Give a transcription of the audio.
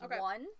one